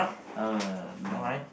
uh no